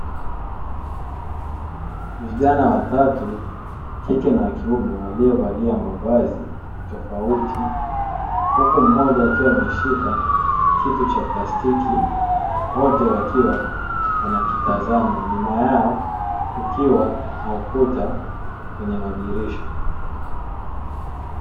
Vijana watatu wa kike na wakiume waliovalia mavazi tofauti huku mmoja akiwa ameshika kitu cha plastiki wote wakiwa wanakitazama, nyuma yao kukiwa na ukuta wenye madirisha.